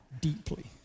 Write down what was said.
deeply